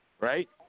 right